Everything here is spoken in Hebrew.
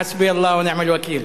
חַסְבִּי אלְלַה וַנִעַם אל-וַכִּיל.